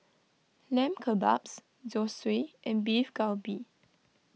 Lamb Kebabs Zosui and Beef Galbi